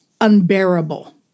unbearable